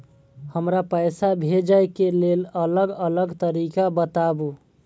हमरा पैसा भेजै के लेल अलग अलग तरीका बताबु?